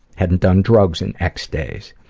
hadn't done drugs in x days.